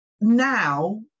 now